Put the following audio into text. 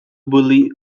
bully